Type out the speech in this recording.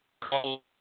call